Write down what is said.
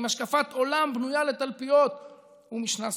עם השקפת עולם בנויה לתלפיות ומשנה סדורה.